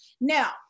now